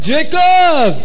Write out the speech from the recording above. Jacob।